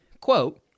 quote